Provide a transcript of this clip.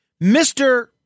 Mr